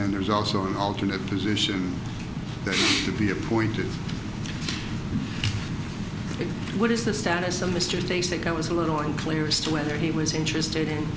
and there's also an alternate position that he should be appointed in what is the status of mr take i was a little unclear as to whether he was interested in